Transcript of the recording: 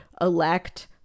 elect